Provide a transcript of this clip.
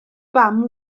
fam